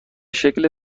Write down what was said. شکل